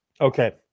Okay